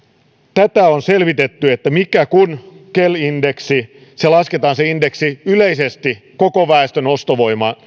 tätä on selvitetty että kel indeksi se indeksi lasketaan yleisesti koko väestön ostovoiman